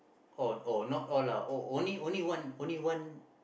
oh oh not all lah only only one only one